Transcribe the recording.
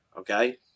okay